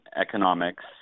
economics